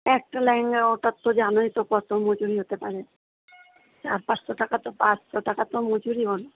একটা লেহেঙ্গা ওটার তো জানোই তো কতো মজুরি হতে পারে চার পাঁচশো টাকা তো টাকা তো মজুরি হয়